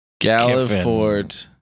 Galliford